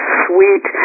sweet